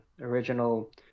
original